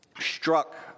struck